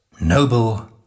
noble